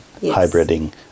hybriding